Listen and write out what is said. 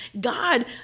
God